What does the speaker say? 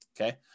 Okay